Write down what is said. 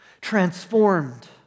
transformed